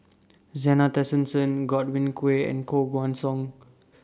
Zena Tessensohn Godwin Koay and Koh Guan Song